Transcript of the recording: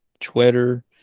Twitter